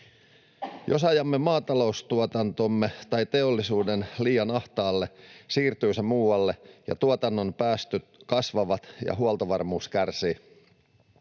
Jos ajamme maataloustuotantomme tai teollisuuden liian ahtaalle, siirtyy se muualle ja tuotannon päästöt kasvavat ja huoltovarmuus kärsii.